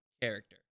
character